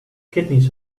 kidneys